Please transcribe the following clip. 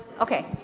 Okay